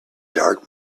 dark